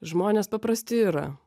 žmonės paprasti yra